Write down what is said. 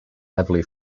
heavily